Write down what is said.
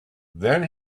then